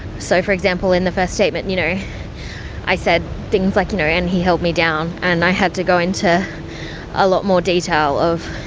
so, for example, in the first statement you know i said things like you know and he held me down and i had to go into a lot more detail of